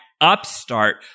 upstart